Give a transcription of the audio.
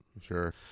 Sure